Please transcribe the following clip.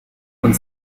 und